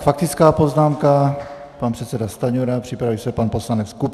Faktická poznámka pan předseda Stanjura, připraví se pan poslanec Kupka.